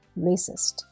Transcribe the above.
racist